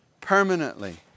permanently